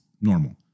normal